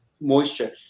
Moisture